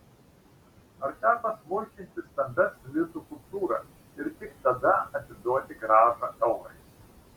ar teko smulkinti stambias litų kupiūras ir tik tada atiduoti grąžą eurais